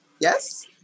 Yes